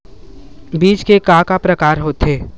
बीज के का का प्रकार होथे?